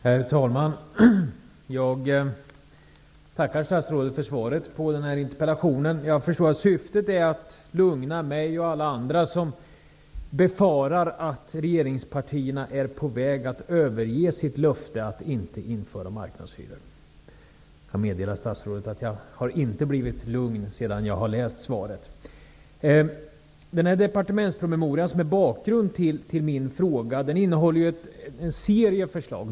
Herr talman! Jag tackar statsrådet för svaret på interpellationen. Jag förstår att syftet är att lugna mig och alla andra som befarar att regeringspartierna är på väg att överge sitt löfte att inte införa marknadshyra. Jag kan meddela statsrådet att jag inte har blivit lugn sedan jag har läst svaret. Den departementspromemoria som är bakgrund till min fråga innehåller en serie förslag.